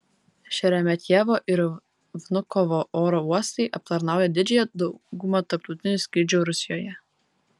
šeremetjevo ir vnukovo oro uostai aptarnaują didžiąją daugumą tarptautinių skrydžių rusijoje